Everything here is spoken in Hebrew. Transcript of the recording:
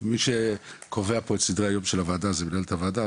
מי שקובע את סדרי היום של הוועדה זו מנהלת הוועדה,